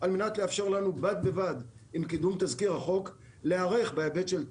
על-מנת לאפשר לנו בד בבד עם קידום תזכיר החוק להיערך בהיבט של תורה,